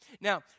Now